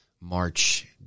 March